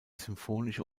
sinfonische